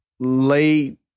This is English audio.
Late